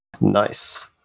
Nice